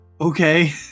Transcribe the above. Okay